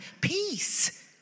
peace